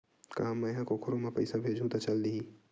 का मै ह कोखरो म पईसा भेजहु त चल देही?